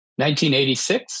1986